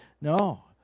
No